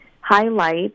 highlight